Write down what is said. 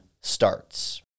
starts